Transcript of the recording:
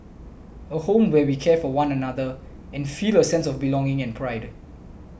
a home where we care for one another and feel a sense of belonging and pride